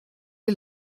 est